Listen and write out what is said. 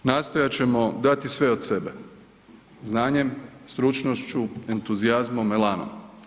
Nastojat ćemo dati sve od sebe, znanjem, stručnošću, entuzijazmom, elanom.